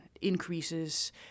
increases